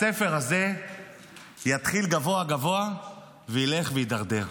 הספר הזה יתחיל גבוה גבוה וילך ויידרדר.